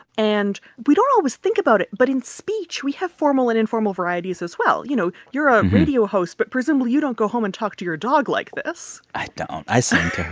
and we don't always think about it, but in speech, we have formal and informal varieties, as well. you know, you're a radio host. but presumably, you don't go home and talk to your dog like this i don't. i sing